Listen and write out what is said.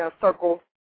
circle